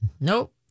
Nope